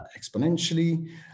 exponentially